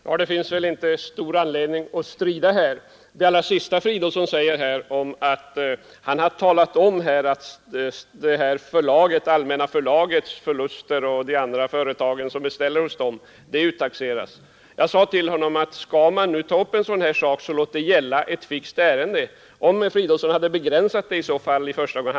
Herr talman! Det är väl inte stor anledning att strida här. Herr Fridolfsson i Stockholm sade allra sist att han har talat om att Allmänna förlagets förluster — och förlusterna för de företag som beställer hos Allmänna förlaget — uttaxeras. Jag sade till honom att skall man nu ta upp en sådan här sak, så skall det gälla ett visst ärende. Herr Fridolfsson skulle i så fall ha begränsat sig till det första gången.